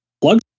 plug